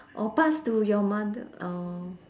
or pass to your mother orh